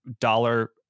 dollar